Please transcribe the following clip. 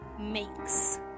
makes